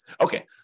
Okay